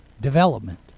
Development